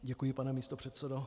Děkuji, pane místopředsedo.